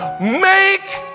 make